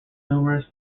numerous